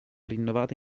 rinnovata